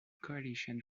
coalition